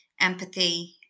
empathy